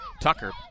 Tucker